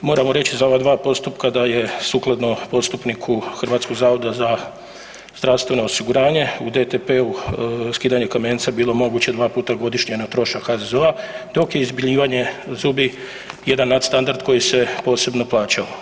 Moramo reći za ova dva postupka da je sukladno postupniku HZZO-a u DTP-u skidanje kamenca bilo moguće 2 puta godišnje na trošak HZZO-a, dok je izbjeljivanje zubi jedan nadstandard koji se posebno plaćao.